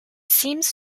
seems